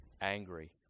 angry